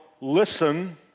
listen